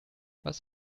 was